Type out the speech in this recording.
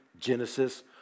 Genesis